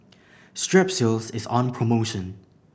strepsils is on promotion